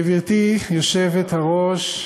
גברתי היושבת-ראש,